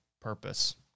purpose